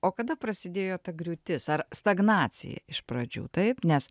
o kada prasidėjo ta griūtis ar stagnacija iš pradžių taip nes